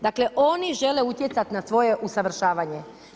Dakle oni žele utjecati na svoje usavršavanje.